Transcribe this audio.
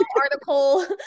article